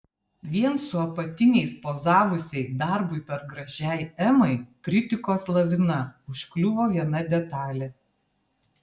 vien su apatiniais pozavusiai darbui per gražiai emai kritikos lavina užkliuvo viena detalė